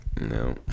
No